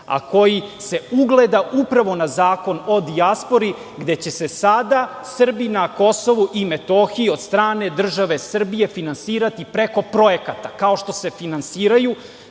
a koji se ugleda upravo na Zakon o dijaspori gde će se sada Srbi na Kosovu i Metohiji od strane države Srbije finansirati preko projekata kao što se finansiraju